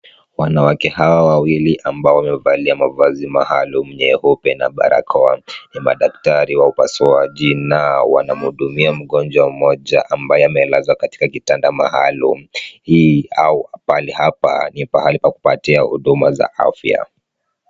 Wanawake hawa wawili ambao wamevalia mavazi maalum nyeupe na barakoa ni madaktari wa upasuaji na wanamhudumia mgonjwa mmoja ambaye amelazwa katika kitanda maalum hii au pahali hapa ni pahali pa kupatia huduma za afya.